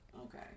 Okay